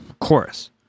chorus